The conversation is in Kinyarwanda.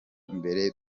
mbere